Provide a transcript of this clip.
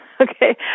okay